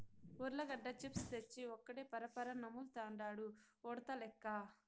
ఉర్లగడ్డ చిప్స్ తెచ్చి ఒక్కడే పరపరా నములుతండాడు ఉడతలెక్క